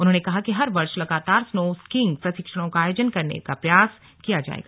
उन्होंने कहा कि हर वर्ष लगातार स्नो स्कीइंग प्रशिक्षणों का आयोजन करने का प्रयास किया जाएगा